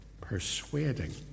persuading